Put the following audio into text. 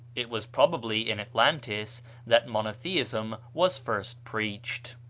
it was probably in atlantis that monotheism was first preached.